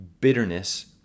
bitterness